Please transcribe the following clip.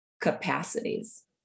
capacities